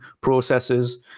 processes